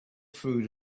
food